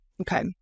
okay